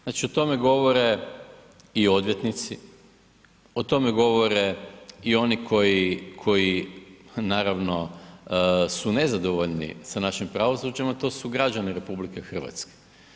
Znači o tome govore i odvjetnici, o tome govore i oni koji naravno su nezadovoljni sa našim pravosuđem a to su građani RH.